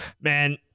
man